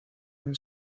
han